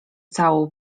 całą